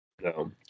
No